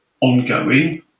ongoing